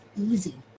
easy